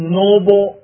noble